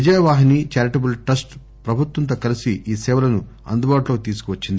Vijayavahini charitable trust ప్రభుత్వంతో కలసి ఈ సేవలను అందుబాటులోకి తీసుకువచ్చింది